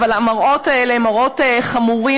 אבל המראות האלה הם מראות חמורים,